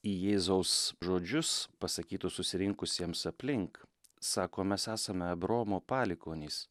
į jėzaus žodžius pasakytus susirinkusiems aplink sako mes esame abraomo palikuonys